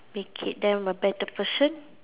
making them a better person